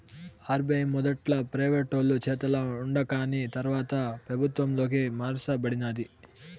RBI మొదట్ల ప్రైవేటోలు చేతల ఉండాకాని తర్వాత పెబుత్వంలోకి మార్స బడినాది